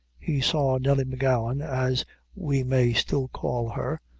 he saw nelly m'gowan, as we may still call her,